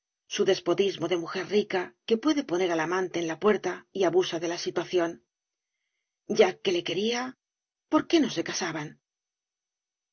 su despotis mo de mujer rica que puede poner al amante en la puerta y abusa de la situación ya que le quería por qué no se casaban